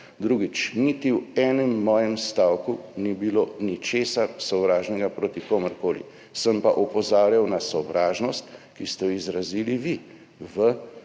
Drugič, niti v enem mojem stavku ni bilo ničesar sovražnega proti komurkoli, sem pa opozarjal na sovražnost, ki ste jo izrazili vi v